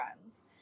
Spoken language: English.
friends